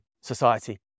society